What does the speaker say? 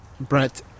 Brent